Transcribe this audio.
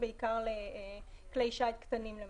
בעיקר לכלי שיט קטנים.